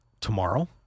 tomorrow